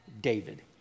David